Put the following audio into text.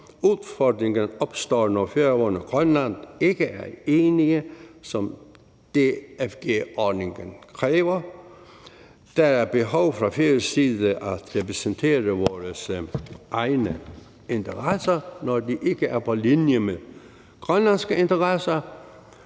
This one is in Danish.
Udfordringen opstår, når Færøerne og Grønland ikke er enige, som DFG-ordningen kræver. Der er fra færøsk side behov for at repræsentere vores egne interesser, når de ikke er på linje med grønlandske interesser.